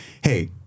hey